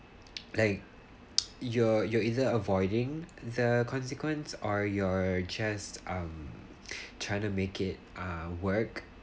like you're you're either avoiding the consequence or you're just um trying to make it uh work